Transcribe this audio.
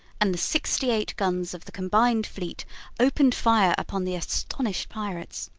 and the sixty-eight guns of the combined fleet opened fire upon the astonished pirates.